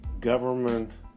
government